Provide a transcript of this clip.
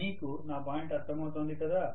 మీకు నా పాయింట్ అర్థం అవుతోంది కదా